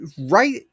right